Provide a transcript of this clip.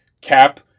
Cap